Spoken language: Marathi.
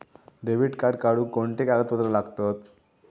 डेबिट कार्ड काढुक कोणते कागदपत्र लागतत?